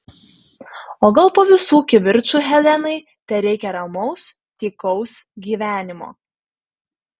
o gal po visų kivirčų helenai tereikia ramaus tykaus gyvenimo